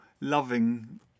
loving